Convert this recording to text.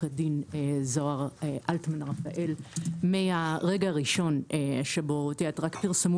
עורכי דין זהר אלטמן רפאל מהרגע הראשון שבו רק פרסמו